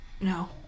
no